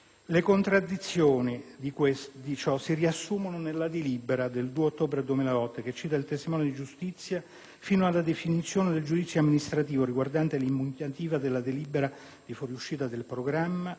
Le contraddizioni di ciò si riassumono nella delibera del 2 ottobre 2008 che recita: «il testimone di giustizia Masciari Giuseppe, fino alla definizione del giudizio amministrativo riguardante l'impugnativa della delibera di fuoriuscita dal programma,